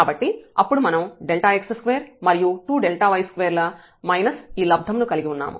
కాబట్టి అప్పుడు మనం Δx2 మరియు 2Δy2 మైనస్ ఈ లబ్దం ను కలిగి ఉన్నాము